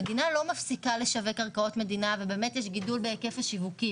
המדינה לא מפסיקה לשווק קרקעות מדינה ובאמת יש גידול בהיקף השיווק,